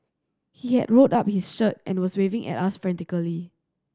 he had rolled up his shirt and was waving at us frantically